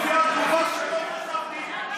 יא ווליד.